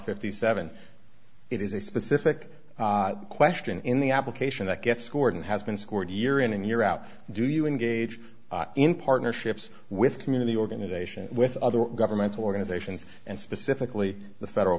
fifty seven it is a specific question in the application that gets scored and has been scored year in and year out do you engage in partnerships with community organization with other governmental organizations and specifically the federal